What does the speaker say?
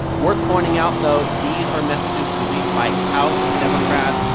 worth pointing out, though, these are messages released by house democrats.